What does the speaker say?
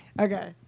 Okay